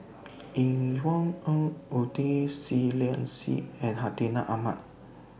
Yvonne Ng Uhde Seah Liang Seah and Hartinah Ahmad